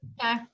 Okay